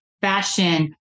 fashion